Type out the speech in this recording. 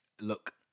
look